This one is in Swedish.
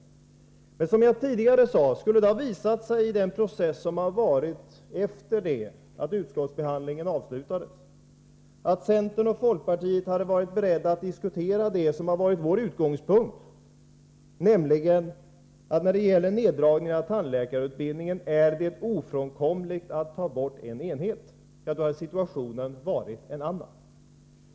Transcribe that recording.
Skulle det, som jag sade tidigare, ha visat sig att centern och folkpartiet — efter den process som har varit efter det att utskottsbehandlingen avslutades — hade varit beredda att diskutera det som har varit vår utgångspunkt, nämligen att det är ofrånkomligt att ta bort en enhet av tandläkarutbildningen, då hade situationen varit en annan.